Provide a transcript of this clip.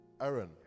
Aaron